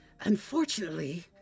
unfortunately